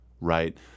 right